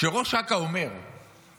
כשראש אכ"א אומר מספר,